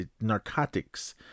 narcotics